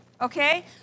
okay